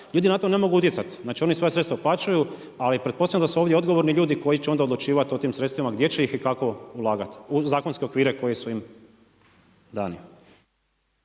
Ljudi na to ne mogu utjecati. Znači ona svoja sredstva plaćaju, ali pretpostavljam da su ovdje odgovorni ljudi koji će onda odlučivati o tim sredstvima gdje će ih i kako ulagati u zakonske okvire koji su im dani.